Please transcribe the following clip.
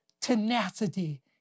tenacity